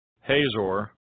Hazor